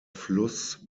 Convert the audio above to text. fluss